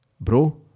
bro